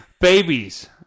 babies